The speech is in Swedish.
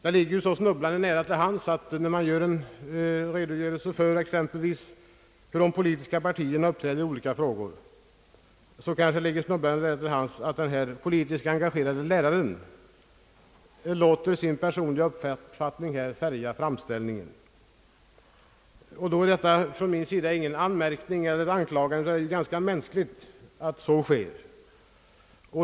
Det ligger ju snubblande nära att en politiskt engagerad lärare, som skall redogöra för hur de politiska partierna uppträder i olika frågor, låter sin personliga uppfattning färga framställningen. Jag säger inte detta som någon anmärkning eller anklagelse, utan jag anser det ganska mänskligt att så sker.